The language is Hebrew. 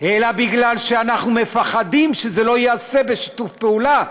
אלא כי אנחנו מפחדים שזה לא ייעשה בשיתוף פעולה,